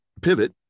Pivot